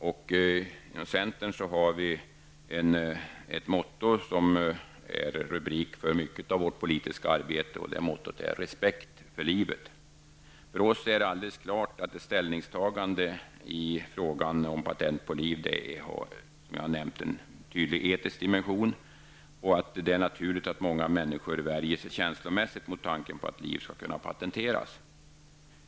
I centern har vi ett motto som är rubriken för mycket av vårt politiska arbete, och det är: respekt för livet. För oss är det alldeles klart att ställningstagande i fråga om patent på liv har en tydlig etisk dimension. Det är naturligt att många människor värjer sig känslomässigt mot tanken på att liv skall kunna patenteras.